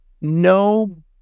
no